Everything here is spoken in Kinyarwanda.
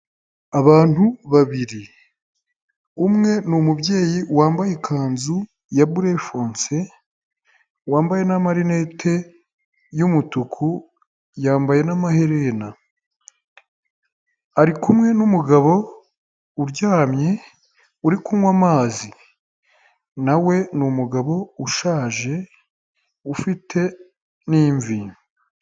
Abantu babiri. Umwe ni umubyeyi wambaye ikanzu ya burefonse, wambaye n'amarinete y'umutuku, yambaye n'amaherena. Ari kumwe n'umugabo uryamye, uri kunywa amazi. Na we ni umugabo ushaje, ufite n'imvi.